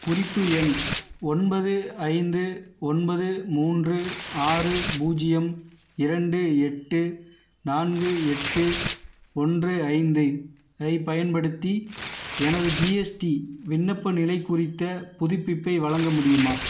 குறிப்பு எண் ஒன்பது ஐந்து ஒன்பது மூன்று ஆறு பூஜ்யம் இரண்டு எட்டு நான்கு எட்டு ஒன்று ஐந்தை ஐப் பயன்படுத்தி எனது ஜிஎஸ்டி விண்ணப்ப நிலை குறித்த புதுப்பிப்பை வழங்க முடியுமா